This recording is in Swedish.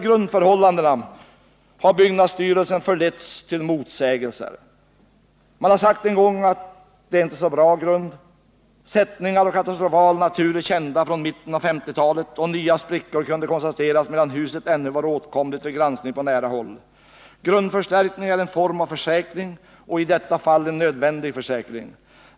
Grundförhållandena har föranlett byggnadsstyrelsen till motsägelser. Man har sagt att grunden inte är så bra. Sättningar av katastrofal natur är kända från mitten av 1950-talet, och nya sprickor kunde konstateras medan huset ännu var åtkomligt för granskning på nära håll. Grundförstärkning är en form av försäkring — i detta fall en nödvändig försäkring.